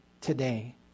today